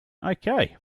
okay